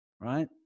right